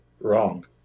wrong